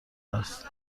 است